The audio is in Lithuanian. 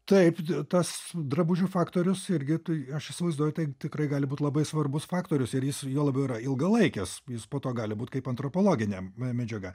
taip tas drabužių faktorius irgi tai aš įsivaizduoju tai tikrai gali būt labai svarbus faktorius ir jis juo labiau yra ilgalaikis jis po to gali būt kaip antropologinė medžiaga